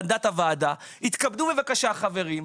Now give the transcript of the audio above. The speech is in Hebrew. יתכבדו בבקשה חברים,